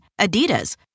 Adidas